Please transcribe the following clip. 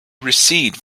recede